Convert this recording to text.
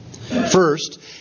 First